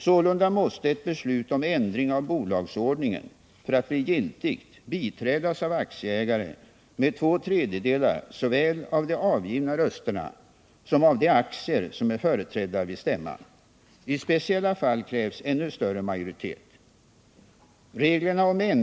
Sålunda måste ett beslut om ändring av bolagsordningen för att bli giltigt biträdas av aktieägare med två tredjedelar såväl av de avgivna rösterna som av de aktier som är företrädda vid stämman. I speciella fall krävs ännu större majoritet.